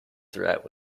threat